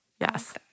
yes